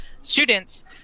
students